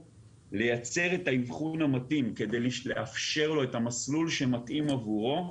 לייצר את האיבחון המתאים כדי לאפשר לו את המסלול שמתאים עבורו,